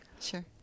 sure